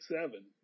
seven